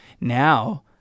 now